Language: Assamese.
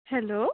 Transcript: হেল্ল'